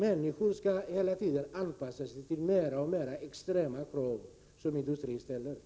Människorna skall inte hela tiden behöva anpassa sig till de alltmer extrema krav som industrin ställer.